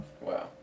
Wow